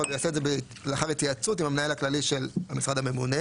אבל הוא יעשה את זה לאחר התייעצות עם המנהל הכללי של המשרד הממונה.